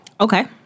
Okay